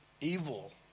evil